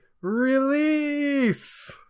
Release